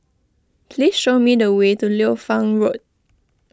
please show me the way to Liu Fang Road